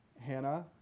Hannah